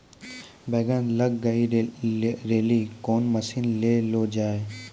बैंगन लग गई रैली कौन मसीन ले लो जाए?